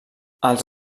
els